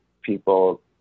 people